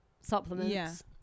supplements